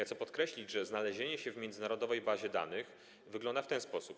Chcę podkreślić, że znalezienie się w międzynarodowej bazie danych wygląda w ten sposób: